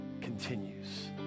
continues